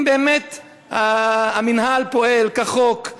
אם באמת המינהל פועל כחוק,